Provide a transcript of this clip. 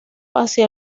hacia